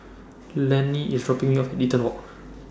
Lani IS dropping Me off Eaton Walk